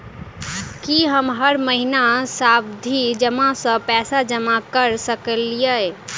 की हम हर महीना सावधि जमा सँ पैसा जमा करऽ सकलिये?